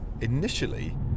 initially